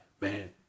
man